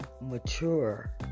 mature